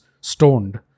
stoned